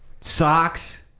socks